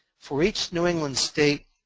for each new england state,